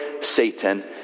Satan